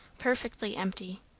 perfectly empty.